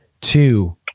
two